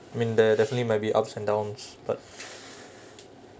mean there definitely might be ups and downs but